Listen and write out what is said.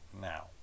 now